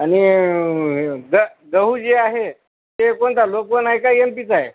आणि हे ग गहू जे आहे ते कोणता लोकवन आहे का एम पीचा आहे